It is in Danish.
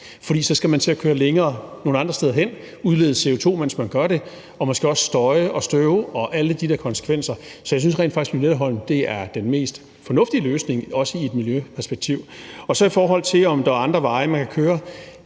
for så skal man til at køre længere nogle andre steder hen og udlede CO2, mens man gør det, og måske også støje og støve og alle de der ting, der følger med, så jeg synes rent faktisk, at Lynetteholmen er den mest fornuftige løsning, også i et miljøperspektiv. I forhold til om der er andre veje, man kan køre,